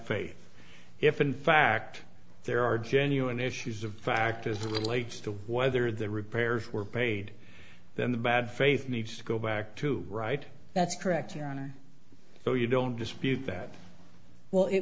faith if in fact there are genuine issues of fact as relates to whether the repairs were paid then the bad faith needs to go back to right that's correct so you don't dispute that well it